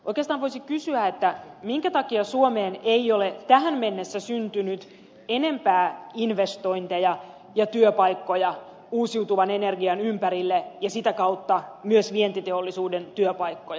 oikeastaan voisi kysyä minkä takia suomeen ei ole tähän mennessä syntynyt enempää investointeja ja työpaikkoja uusiutuvan energian ympärille ja sitä kautta myös vientiteollisuuden työpaikkoja